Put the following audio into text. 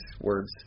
words